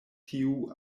tiu